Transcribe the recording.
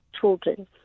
children